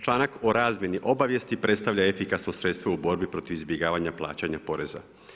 Članak o razmjeni obavijesti predstavlja efikasno sredstvo u borbi protiv izbjegavanja plaćanja poreza.